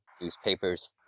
newspapers